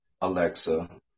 Alexa